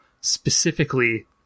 specifically